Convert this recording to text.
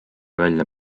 välja